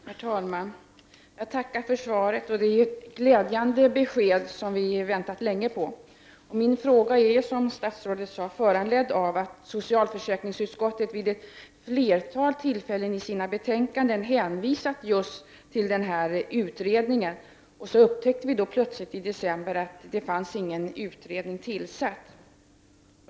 Herr talman! Jag tackar för svaret, som ger ett glädjande besked som vi väntat länge på. Min fråga är, som statsrådet sade, föranledd av att socialförsäkringsutskottet vid ett flertal tillfällen i sina betänkanden har hänvisat just till den här utredningen, och i december upptäcker vi plötsligt att det inte finns någon utredning tillsatt.